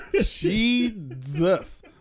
Jesus